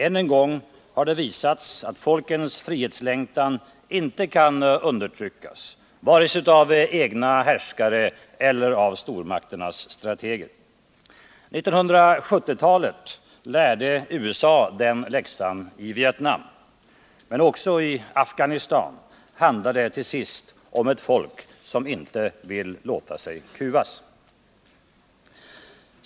Än en gång har det visats att folkens frihetslängtan inte kan undertryckas vare sig av egna härskare eller av stormakternas strateger. 1970-talet lärde USA den läxan i Vietnam. Också i Afghanistan handlar det till sist om ett folk som inte vill låta sig kuvas.